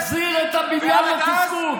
תחזיר את הבניין לתפקוד.